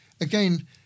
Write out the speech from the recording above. again